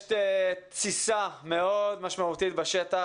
יש תסיסה מאוד משמעותית בשטח.